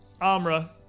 Amra